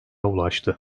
ulaştı